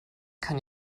kann